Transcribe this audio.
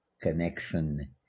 connection